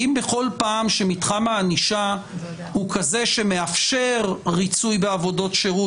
האם בכל פעם שמתחם הענישה הוא כזה שמאפשר ריצוי בעבודות שירות,